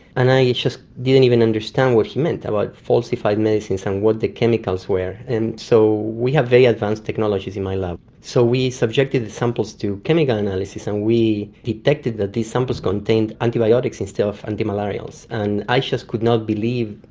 and i just didn't even understand what he meant about falsified medicines and what the chemicals were. and so we have very advanced technologies in my lab, so we subjected the samples to chemical analysis and we detected that these samples contained antibiotics instead of antimalarials, and i just could not believe,